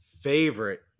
favorite